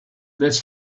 this